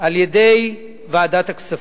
על-ידי ועדת הכספים.